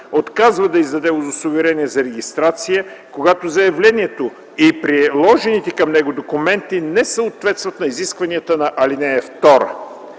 отказва да издаде удостоверение за регистрация, когато заявлението и приложените към него документи не съответстват на изискванията на ал. 2.”